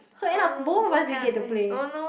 so end up both of us didn't get to play